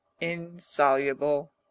insoluble